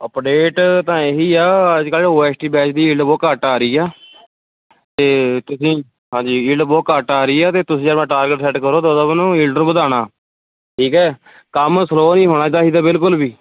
update ਤਾਂ ਇਹ ਹੀ ਆ ਅੱਜ ਕੱਲ੍ਹ ਓ ਐੱਸ ਟੀ ਬੈਚ ਦੀ ਘੱਟ ਆ ਰਹੀ ਹੈ ਅਤੇ ਤੁਸੀਂ ਹਾਂਜੀ ਘੱਟ ਆ ਰਹੀ ਹੈ ਅਤੇ ਤੁਸੀਂ ਆਪਣਾ ਟਾਰਗੇਟ ਸੈੱਟ ਕਰੋ ਵਧਾਉਣਾ ਠੀਕ ਹੈ ਕੰਮ ਸਲੋਅ ਨਹੀਂ ਹੋਣਾ ਬਿਲਕੁਲ ਵੀ